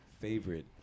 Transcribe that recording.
favorite